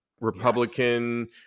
republican